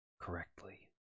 correctly